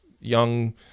young